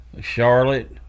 charlotte